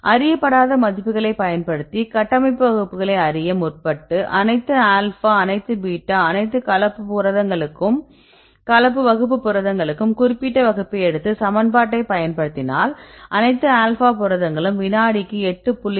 அறியப்படாத மதிப்புகளைப் பயன்படுத்தி கட்டமைப்பு வகுப்புகளை அறிய முற்பட்டு அனைத்து ஆல்பா அனைத்து பீட்டா அனைத்து கலப்பு வகுப்பு புரதங்களுக்கும் குறிப்பிட்ட வகுப்பை எடுத்து சமன்பாட்டைப் பயன்படுத்தினால் அனைத்து ஆல்பா புரதங்களுக்கும் வினாடிக்கு 8